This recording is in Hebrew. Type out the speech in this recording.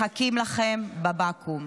מחכים לכם בבקו"ם.